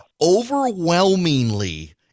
Overwhelmingly